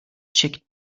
checkt